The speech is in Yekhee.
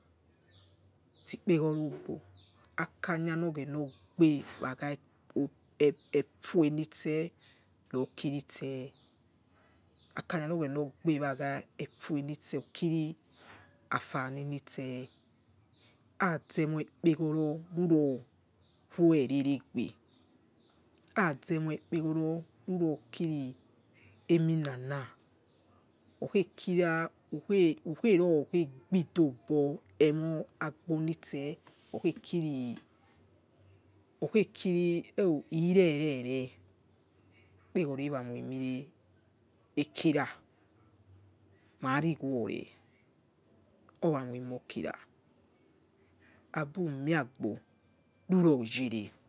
zikpegorobo akanya no ghena ogbe aga efuenitseh rokiri afani nitse khazemoi ikpegororurorue reregbe khazoi mo ikpegororurokiremi nana okhekira okherogbidobo emo agonitse okhekir oh okhekiri ireire re ikpegoro eramoime kira mariwo re oramoimokira abumiagbo ruro yere.